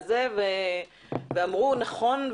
ואמרו: נכון,